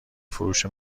فروش